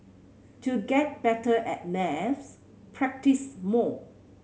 to get better at maths practise more